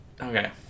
Okay